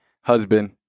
husband